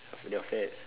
of their fats